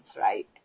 right